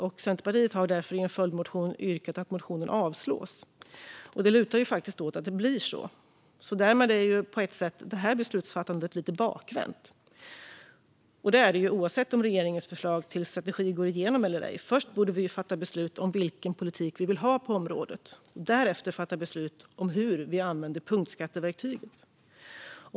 Centerpartiet har därför i en följdmotion yrkat på att motionen avslås, och det lutar faktiskt åt att det blir så. Därmed är på ett sätt det här beslutsfattandet lite bakvänt och det oavsett om regeringens förslag till strategi går igenom eller ej. Vi borde först fatta beslut om vilken politik vi vill ha på området och först därefter fatta beslut om hur vi använder punktskatteverktyget.